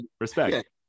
respect